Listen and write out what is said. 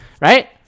right